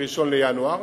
מ-1 בינואר,